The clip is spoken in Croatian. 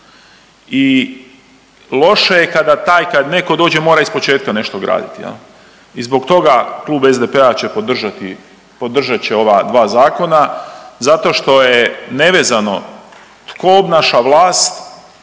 I loše je kada taj kad neko dođe mora ispočetka nešto graditi. I zbog toga Klub SDP-a će podržati, podržat će ova dva zakona zato što je nevezano tko obnaša vlast